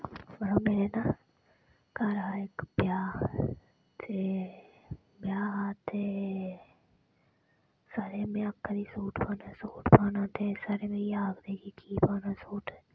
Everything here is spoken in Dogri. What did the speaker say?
मड़ो में ना घर हा इक ब्याह् ते ब्याह् हा ते सारें गी में आक्खा दी ही कि सूट पाना सूट पाना सारे आखदे हे की पाना सूट